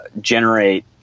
generate